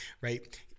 right